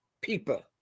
people